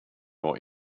more